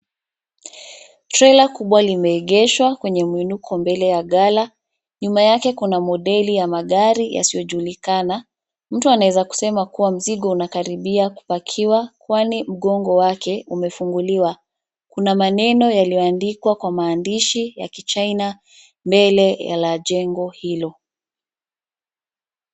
Trela kubwa limeegeshwa kwenye mwinuko mbele ya gala. Nyuma yake kuna modeli ya magari yasiyojulikana. Mtu anaweza kusema kuwa mzigo unakaribia kupakiwa, kwani mgongo wake umefunguliwa. Kuna maneno yaliyoandikwa kwa maandishi ya Kichina mbele ya la jengo hilo.